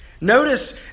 Notice